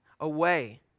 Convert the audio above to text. away